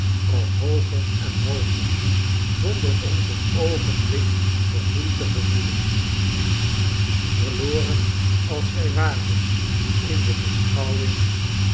al hooger en hooger zonder ons een oogenblik vermoeid te gevoelen verloren als wij waren in de beschouwing